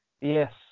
Yes